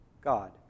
God